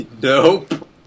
Nope